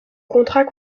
contrat